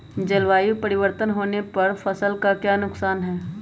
जलवायु परिवर्तन होने पर फसल का क्या नुकसान है?